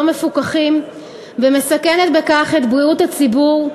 מפוקחים ומסכנת בכך את בריאות הציבור,